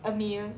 a meal